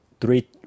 Three